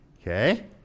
Okay